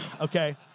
Okay